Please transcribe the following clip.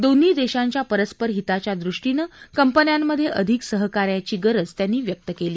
दोन्ही देशांच्या परस्पर हिताच्या दृष्टीने कंपन्यांमधे अधिक सहकार्याची गरज त्यांनी व्यक्त केली